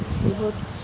এইবোৰত